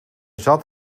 zat